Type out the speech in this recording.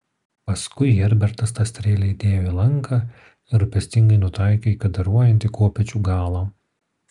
paskui herbertas tą strėlę įdėjo į lanką ir rūpestingai nutaikė į kadaruojantį kopėčių galą